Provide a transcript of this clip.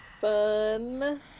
Fun